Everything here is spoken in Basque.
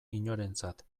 inorentzat